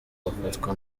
bafatwa